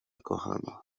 kochana